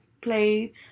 played